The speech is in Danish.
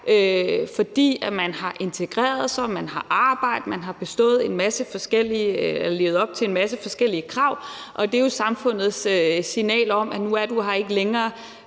fordi man har integreret sig, har et arbejde og har levet op til en masse forskellige krav, og det er jo samfundets signal om, at nu er du her ikke længere